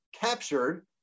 captured